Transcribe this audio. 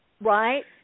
Right